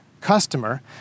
customer